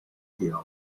tiegħu